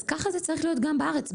כך זה צריך להיות גם בארץ,